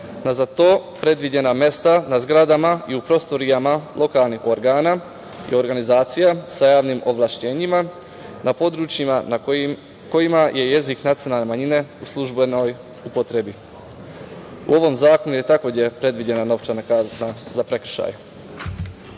na za to predviđena mesta na zgradama i u prostorijama lokalnih organa i organizacija sa javnim ovlašćenjima na područjima na kojima je jezik nacionalne manjine u službenoj upotrebi. U ovom zakonu je takođe predviđena novčana kazna za prekršaje. Što